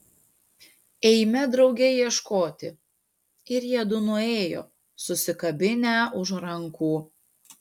eime drauge ieškoti ir jiedu nuėjo susikabinę už rankų